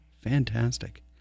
Fantastic